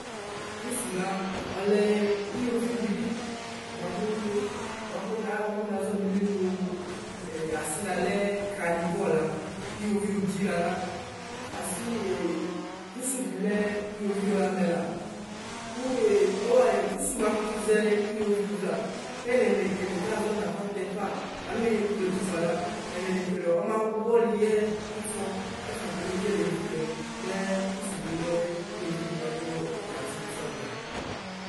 Pʋsʋ la ɔlɛ ɩwovɩʋ dɩbɩ bʋakʋ bʋakʋ naʒɔ beli nʋ ee asɩla lɛ kanivɔr la ɩwovɩʋ dʒɩ ya la asɩ pʋsʋ bɩ lɛ ɩwovɩʋ lɛ amɛ la ʋee ɔee pʋsʋ makʋtʋ ʒɛ ɩwovɩʋ vla kɛlɛyɩ nekele kaʒɔ nʋ tafɔtɛ fa alo yekoletʋ fa la ɛnɛnakele ɔma wɔlɩ yɛ ɩfɔ ɛfɛ kome kele ɩvʋkɛ mɛ pʋsʋ bɩ lɛ ɩwovɩʋ dɩ bʋakʋ yatɩnɩ fa la.